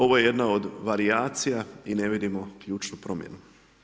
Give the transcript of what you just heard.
Ovo je jedna od varijacija i ne vidimo ključnu promjenu.